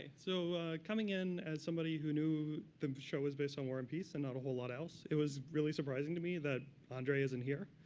so coming in as somebody who knew the show was based on war and peace and not a whole lot else, it was really surprising to me that andrey isn't here.